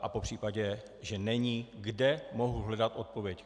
A popřípadě že není, kde mohu hledat odpověď.